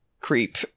creep